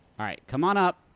alright, come on up.